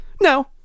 no